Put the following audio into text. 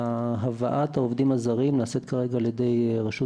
והבאת העובדים הזרים נעשית כרגע על ידי רשות